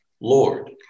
Lord